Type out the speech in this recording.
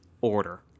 order